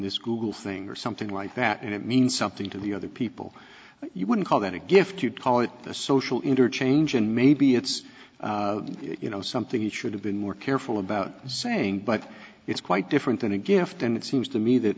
this google thing or something like that it means something to the other people you wouldn't call that a gift you'd call it the social interchange and maybe it's you know something you should have been more careful about saying but it's quite different than a gift and it seems to me that